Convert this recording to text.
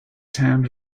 town